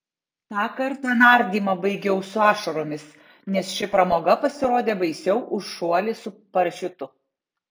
tą kartą nardymą baigiau su ašaromis nes ši pramoga pasirodė baisiau už šuolį su parašiutu